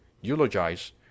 Eulogize